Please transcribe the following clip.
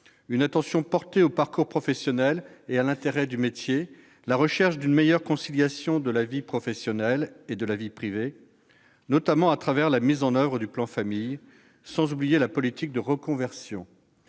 une attention portée au parcours professionnel et à l'intérêt du métier, la recherche d'une meilleure conciliation de la vie professionnelle et de la vie privée, en particulier à travers la mise en oeuvre du plan Famille, sans oublier la politique de reconversion.